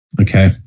okay